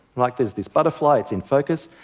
like there's this butterfly, it's in focus,